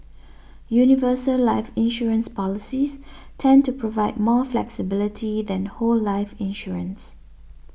universal life insurance policies tend to provide more flexibility than whole life insurance